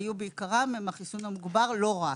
היו בעיקרם עם החיסון המוגבר אבל לא רק.